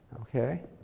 Okay